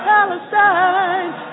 Palestine